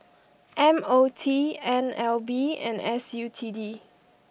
M O T N L B and S U T D